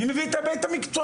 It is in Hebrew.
מי מביא את ההיבט המקצועי?